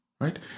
Right